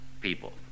people